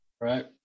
Right